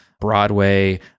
Broadway